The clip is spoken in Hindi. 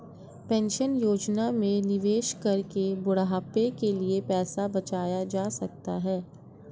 पेंशन योजना में निवेश करके बुढ़ापे के लिए पैसा बचाया जा सकता है